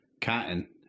Cotton